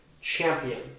champion